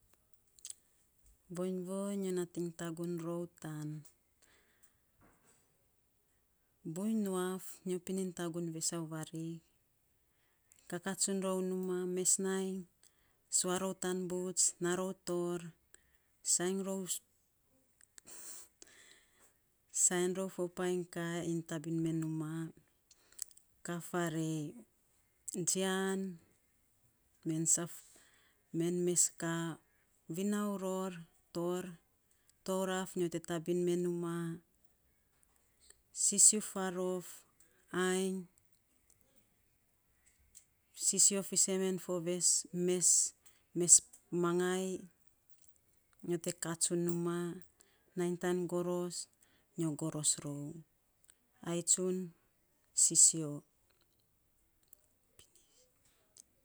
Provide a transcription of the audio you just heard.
Voiny voiny nyo nating tagun to, buiny tuaf nyo pinin tagun vesau varik kaka tsun rou numa sua rou tan buts na rou tor sainy rou fo painy ka iny tabin me numa, ka farei tsian, men mes ka vinau ror tor, tou raf nyo te tabin me numa sisiuf farof ainy sisio fisen me fo mes magai, nyo te ka tsun numa, nainy tan goros nyo goros rou ai tsun sisio.